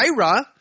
Ira